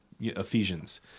Ephesians